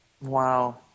Wow